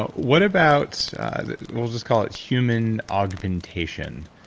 what about we'll just call it human augmentation?